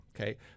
Okay